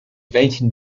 welchen